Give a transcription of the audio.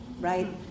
right